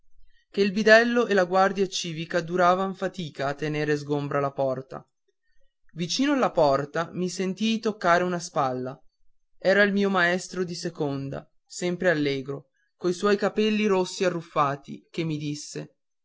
che il bidello e la guardia civica duravan fatica a tenere sgombra la porta vicino alla porta mi sentii toccare una spalla era il mio maestro della seconda sempre allegro coi suoi capelli rossi arruffati che mi disse